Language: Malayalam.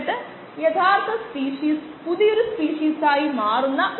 303 ന് 300 ലോഗ് 5 ന് ബേസ് 10 ലേക്ക് തുല്യമാണ് അത് മാറുന്നു 5